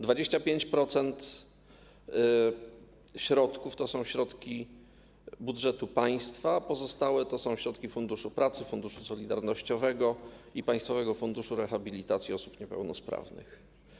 25% środków to są środki budżetu państwa, pozostałe to są środki Funduszu Pracy, Funduszu Solidarnościowego i Państwowego Funduszu Rehabilitacji Osób Niepełnosprawnych.